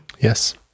Yes